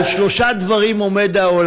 על שלושה דברים העולם עומד,